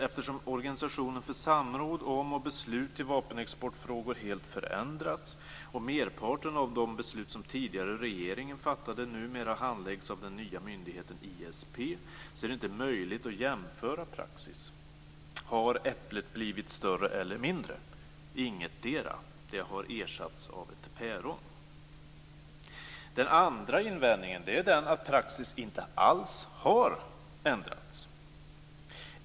Eftersom organisationen för samråd om och beslut i vapenexportfrågor helt förändrats och merparten av de beslut som tidigare fattades av regeringen numera handläggs av den nya myndigheten ISP är det inte möjligt att jämföra praxis. Har äpplet blivit större eller mindre? Ingetdera. Det har ersatts av ett päron. För det andra har praxis inte alls ändrats.